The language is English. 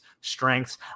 strengths